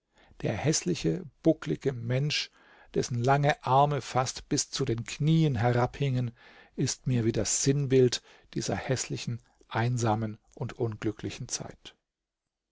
der häßliche bucklige mensch dessen lange arme fast bis zu den knien herabhingen ist mir wie das sinnbild dieser häßlichen einsamen und unglücklichen zeit